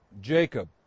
Jacob